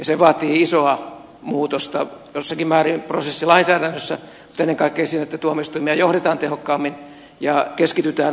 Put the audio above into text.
se vaatii isoa muutosta jossakin määrin prosessilainsäädännössä mutta ennen kaikkea siinä että tuomioistuimia johdetaan tehokkaammin ja keskitytään olennaisiin asioihin